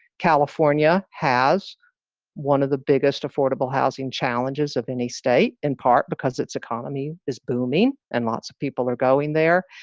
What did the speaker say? california has one of the biggest affordable housing challenges of any state, in part because its economy is booming and lots of people are going there.